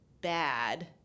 bad